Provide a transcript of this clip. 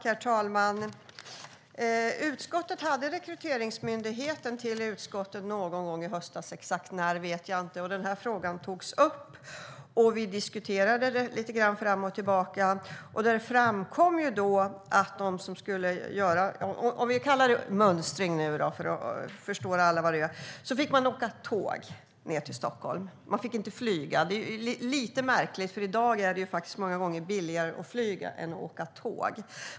Herr talman! Utskottet hade Rekryteringsmyndigheten på besök någon gång i höstas. När exakt vet jag inte. Den här frågan togs upp, och vi diskuterade lite fram och tillbaka. Det framkom då att de som skulle mönstra - vi kan kalla det för det nu så att alla förstår vad vi menar - fick åka tåg ned till Stockholm. De fick inte flyga. Det är lite märkligt, för i dag är det faktiskt många gånger billigare att flyga än att åka tåg.